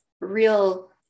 real